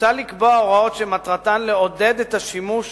מוצע לקבוע הוראות שמטרתן לעודד את השימוש